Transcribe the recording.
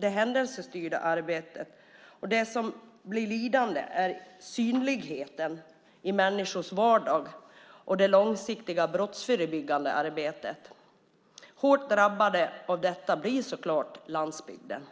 det händelsestyrda arbetet. Det som blir lidande är synligheten i människors vardag och det långsiktiga brottsförebyggande arbetet. Hårt drabbad av detta blir så klart landsbygden.